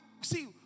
See